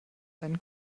einen